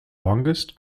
longest